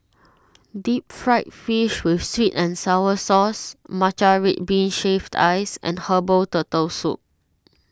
Deep Fried Fish with Sweet and Sour Sauce Matcha Red Bean Shaved Ice and Herbal Turtle Soup